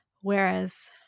Whereas